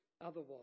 otherwise